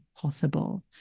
possible